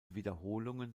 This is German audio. wiederholungen